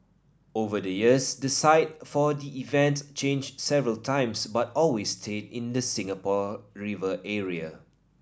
over the years the site for the event changed several times but always stayed in the Singapore River area